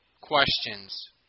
questions